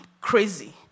crazy